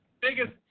Biggest